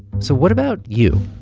so what about you?